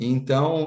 Então